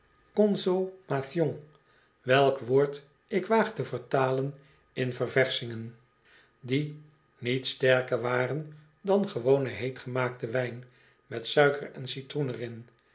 welk woord ik waag te vertalen in ververschingen die niet sterker waren dan gewone he e tge maakte wijn met suiker en citroen er